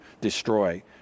destroy